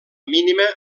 mínima